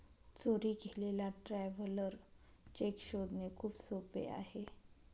चोरी गेलेला traveller cheque शोधणे खूप सोपे आहे